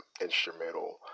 instrumental